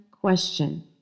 question